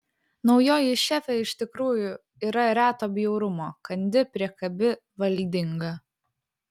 naujoji šefė iš tikrųjų yra reto bjaurumo kandi priekabi valdinga